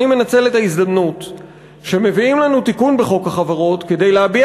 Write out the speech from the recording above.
אני מנצל את ההזדמנות שמביאים לנו תיקון בחוק החברות כדי להביע